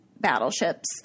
battleships